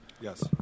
Yes